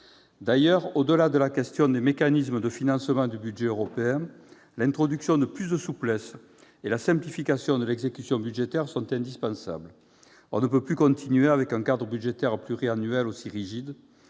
D'ailleurs, au-delà de la question des mécanismes de financement du budget européen, l'introduction de plus de souplesse et la simplification de l'exécution budgétaire sont indispensables. On ne peut plus continuer avec un cadre budgétaire pluriannuel aussi rigide,